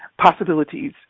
possibilities